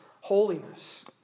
holiness